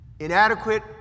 inadequate